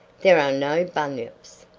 there are no bunyips.